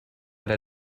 der